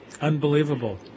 Unbelievable